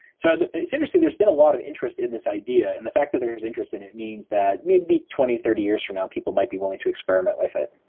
so it's interesting, there's been a lot of interest in this idea, and the fact that there is interest in it means that maybe twenty, thirty years from now people might be willing to experiment with it.